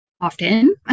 Often